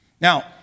Now